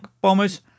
Bomber's